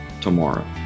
tomorrow